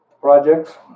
projects